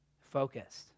focused